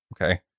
Okay